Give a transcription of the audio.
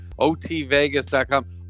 otvegas.com